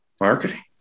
Marketing